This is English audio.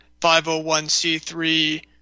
501c3